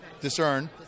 discern